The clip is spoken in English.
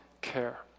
care